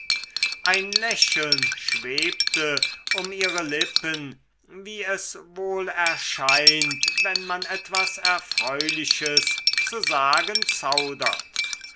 ein lächeln schwebte um ihre lippen wie es wohl erscheint wenn man etwas erfreuliches zu sagen zaudert